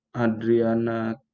Adriana